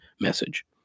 message